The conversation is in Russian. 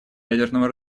ядерного